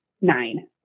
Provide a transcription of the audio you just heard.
Nine